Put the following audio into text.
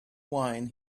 wine